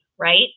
Right